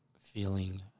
feeling